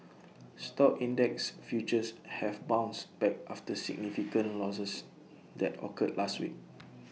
stock index futures have bounced back after significant losses that occurred last week